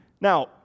Now